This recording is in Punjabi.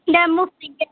ਡੈਮੋ ਫ੍ਰੀ ਹੈ